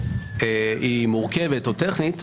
היא מורכבת או טכנית,